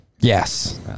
Yes